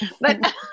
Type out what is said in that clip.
but-